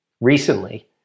Recently